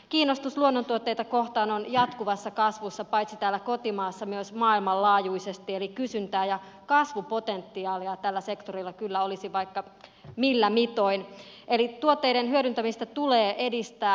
kiinnostus luonnontuotteita kohtaan on jatkuvassa kasvussa paitsi täällä kotimaassa myös maailmanlaajuisesti eli kysyntää ja kasvupotentiaalia tällä sektorilla kyllä olisi vaikka millä mitoin eli tuotteiden hyödyntämistä tulee edistää